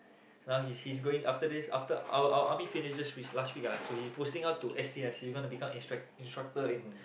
now he's he's going after this after our our our army finish this w~ last week so he's posting on to S_C_S he's gonna become instruc~ instructor in